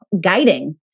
guiding